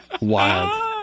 Wild